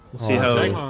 see how they